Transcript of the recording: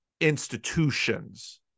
institutions